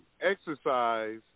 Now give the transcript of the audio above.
exercise